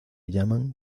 llaman